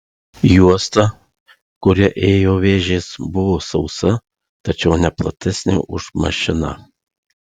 juosta kuria ėjo vėžės buvo sausa tačiau ne platesnė už mašiną